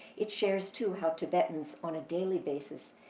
it shares, too, how tibetans on a daily basis,